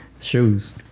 Shoes